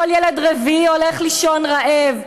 כל ילד רביעי הולך לישון רעב,